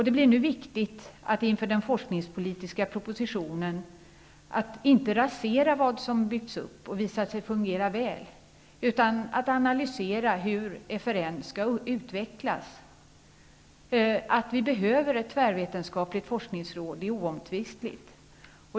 Det är nu viktigt att inför den forskningspolitiska propositionen inte rasera vad som byggts upp och visat sig fungera väl, utan att analysera hur FRN skall utvecklas. Att vi behöver ett tvärvetenskapligt forskningsråd är oomtvistligt.